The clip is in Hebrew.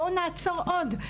בואו נעצור עוד.